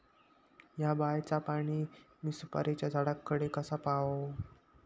हया बायचा पाणी मी सुपारीच्या झाडान कडे कसा पावाव?